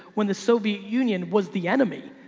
when the soviet union was the enemy,